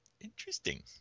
interesting